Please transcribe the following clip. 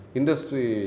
industry